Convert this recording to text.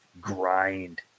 grind